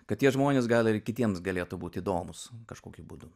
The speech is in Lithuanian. kad tie žmonės gal ir kitiems galėtų būt įdomūs kažkokiu būdu